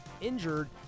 injured